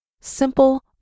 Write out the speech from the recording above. simple